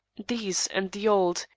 these and the old,